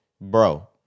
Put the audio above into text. bro